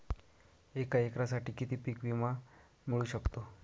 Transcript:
एका एकरसाठी किती पीक विमा मिळू शकतो?